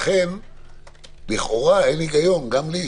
לכן לכאורה אין היגיון גם לי,